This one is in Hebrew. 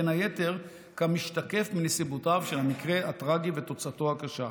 בין היתר כמשתקף מנסיבותיו של המקרה הטרגי ותוצאתו הקשה.